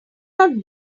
not